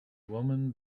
woman